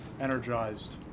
energized